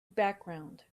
background